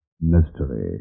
Mystery